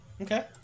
Okay